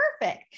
perfect